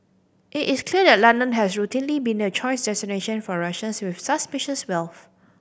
it is clear that London has routinely been the choice destination for Russians with suspicious wealth